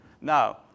Now